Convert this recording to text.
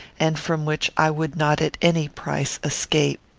and from which i would not at any price escape.